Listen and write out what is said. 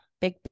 big